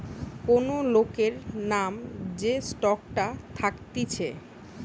কোন লোকের নাম যে স্টকটা থাকতিছে